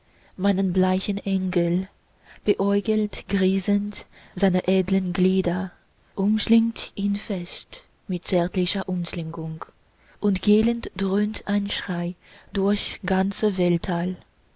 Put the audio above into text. meinen bleichen engel beäugelt grinsend seine edlen glieder umschlingt ihn fest mit zärtlicher umschlingung und gellend dröhnt ein schrei durchs ganze weltall